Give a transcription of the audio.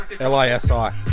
L-I-S-I